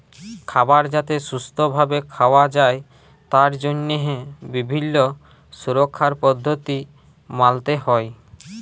খাবার যাতে সুস্থ ভাবে খাওয়া যায় তার জন্হে বিভিল্য সুরক্ষার পদ্ধতি মালতে হ্যয়